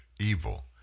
Evil